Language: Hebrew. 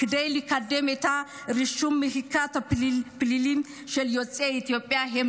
הם נרתמו כדי לקדם את מחיקת הרישום הפלילי של יוצאי אתיופיה.